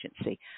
agency